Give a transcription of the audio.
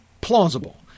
plausible